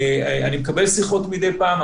אני מקבל שיחות מדי פעם,